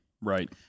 Right